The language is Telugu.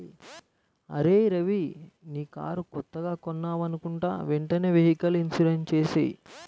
అరేయ్ రవీ నీ కారు కొత్తగా కొన్నావనుకుంటా వెంటనే వెహికల్ ఇన్సూరెన్సు చేసేయ్